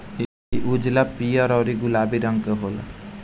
इ उजला, पीयर औरु गुलाबी रंग के होला